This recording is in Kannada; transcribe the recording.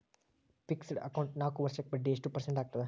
ಫಿಕ್ಸೆಡ್ ಅಕೌಂಟ್ ನಾಲ್ಕು ವರ್ಷಕ್ಕ ಬಡ್ಡಿ ಎಷ್ಟು ಪರ್ಸೆಂಟ್ ಆಗ್ತದ?